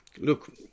look